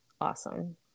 awesome